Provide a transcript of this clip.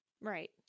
Right